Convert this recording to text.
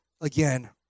again